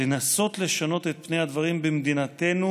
לנסות לשנות את פני הדברים במדינתנו